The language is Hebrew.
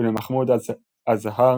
ולמחמוד א-זהאר,